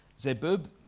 Zebub